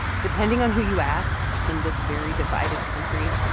depending on who you ask in this very divided country,